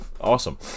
awesome